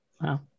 Wow